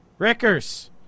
Rickers